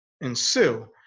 ensue